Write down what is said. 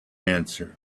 answer